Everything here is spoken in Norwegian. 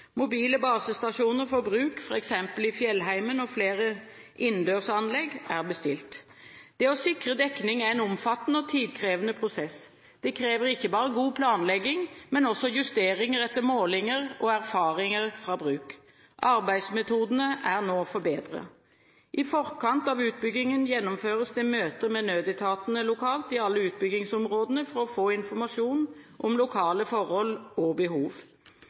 Mobile basestasjoner for bruk i f.eks. fjellheimen og flere innendørsanlegg er bestilt. Det å sikre dekning er en omfattende og tidkrevende prosess. Det krever ikke bare god planlegging, men også justeringer etter målinger og erfaringer fra bruk. Arbeidsmetodene er nå forbedret. I forkant av utbyggingen gjennomføres det møter med nødetatene lokalt i alle utbyggingsområdene for å få informasjon om lokale forhold og behov.